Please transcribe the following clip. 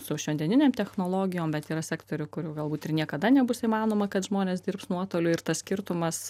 su šiandieninėm technologijom bet yra sektorių kurių galbūt ir niekada nebus įmanoma kad žmonės dirbs nuotoliu ir tas skirtumas